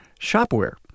Shopware